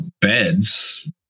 beds